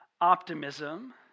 optimism